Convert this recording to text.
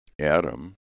Adam